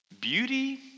Beauty